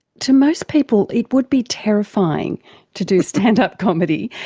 to most people it would be terrifying to do stand-up comedy,